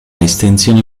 estensione